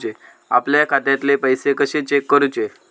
आपल्या खात्यातले पैसे कशे चेक करुचे?